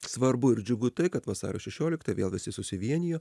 svarbu ir džiugu tai kad vasario šešioliktą vėl visi susivienijo